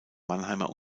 mannheimer